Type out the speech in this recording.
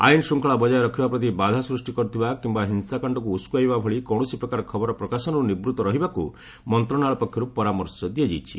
ଆଇନ୍ ଶୃଙ୍ଖଳା ବକାୟ ରଖିବା ପ୍ରତି ବାଧା ସୃଷ୍ଟି କର୍ତ୍ତିବା କିମ୍ବା ହିଂସାକାଣ୍ଡକୁ ଉସକାଇବା ଭଳି କୌଣସି ପ୍ରକାର ଖବର ପ୍ରକାଶନରୁ ନିବୃତ ରହିବାକୁ ମନ୍ତ୍ରଣାଳୟ ପକ୍ଷରୁ ପରାମର୍ଶ ଦିଆଯାଇଛି